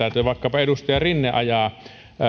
että kun vaikkapa edustaja rinne ajaa